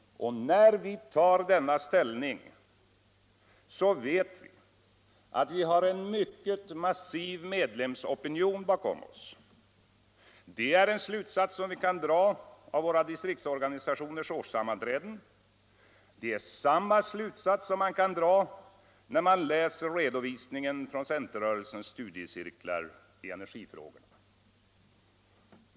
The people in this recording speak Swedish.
Och när vi tar denna ställning så vet vi att vi har en mycket massiv medlemsopinion bakom oss. Det är en slutsats som vi kan dra av våra distriktsorganisationers årssammanträden. Det är samma slutsats man drar när man läser redovisningen från centerrörelsens studiecirklar i energifrågorna.